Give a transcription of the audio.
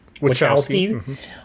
Wachowski